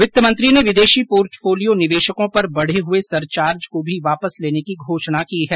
वित्त मंत्री ने विदेशी पोर्टफोलियो निवेशकों पर बढ़े हुए सरचार्ज को भी वापस लेने की घोषणा की है